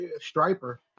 Striper